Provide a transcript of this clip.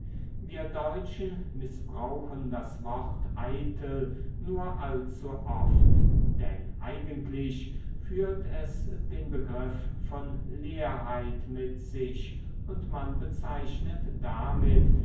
wir deutschen mißbrauchen das wort eitel nur allzu oft denn eigentlich führt es den begriff von leerheit mit sich und man bezeichnet damit